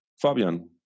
Fabian